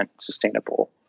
sustainable